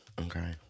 Okay